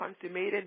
consummated